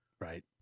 Right